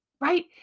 right